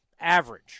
average